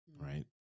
right